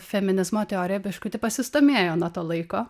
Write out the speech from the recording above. feminizmo teorija biškutį pasistūmėjo nuo to laiko